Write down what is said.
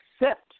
accept